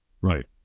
right